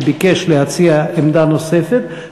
שביקש להציע עמדה נוספת.